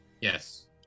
Yes